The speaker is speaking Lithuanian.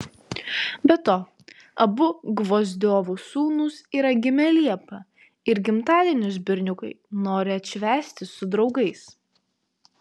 be to abu gvozdiovų sūnus yra gimę liepą ir gimtadienius berniukai nori atšvęsti su draugais